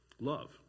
love